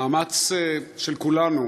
המאמץ של כולנו